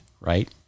right